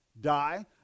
die